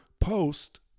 post